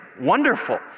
Wonderful